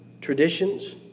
traditions